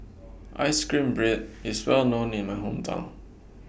Ice Cream Bread IS Well known in My Hometown